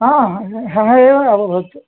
हा हा एव अभवत्